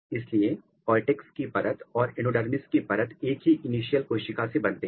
इसलिए कॉर्टेक्स की परत और एंडोडर्मिस की परत एक ही इनिशियल कोशिका से बनते हैं